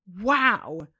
wow